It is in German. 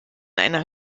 einer